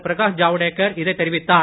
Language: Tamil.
பிரகாஷ் ஜவுடேகர் இதைத் தெரிவித்தார்